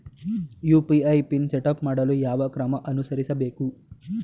UPI PIN setup ಮಾಡಲು ಯಾವ ಕ್ರಮ ಅನುಸರಿಸಬೇಕು?